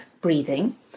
breathing